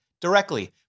directly